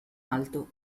alto